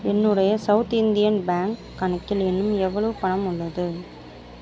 என்னுடைய South Indian Bank கணக்கில் இன்னும் எவ்வளவு பணம் உள்ளது